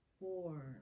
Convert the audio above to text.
four